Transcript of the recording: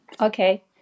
Okay